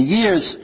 years